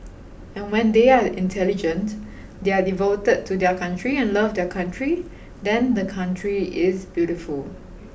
and when they are intelligent they are devoted to their country and love their country then the country is beautiful